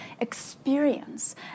experience